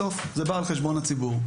בסוף זה בא על חשבון הציבור,